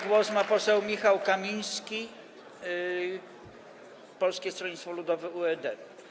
Głos ma poseł Michał Kamiński, Polskie Stronnictwo Ludowe - UED.